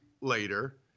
later